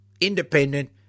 independent